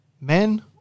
men